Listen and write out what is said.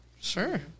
Sure